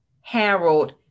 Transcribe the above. Harold